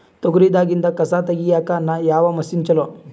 ತೊಗರಿ ದಾಗಿಂದ ಕಸಾ ತಗಿಯಕ ಯಾವ ಮಷಿನ್ ಚಲೋ?